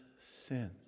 sins